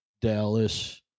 dallas